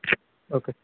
okay